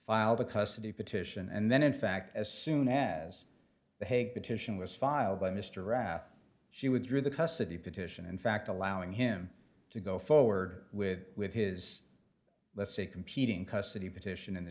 filed a custody petition and then in fact as soon as the hague petition was filed by mr rath she withdrew the custody petition in fact allowing him to go forward with with his let's say competing custody petition in the